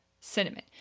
cinnamon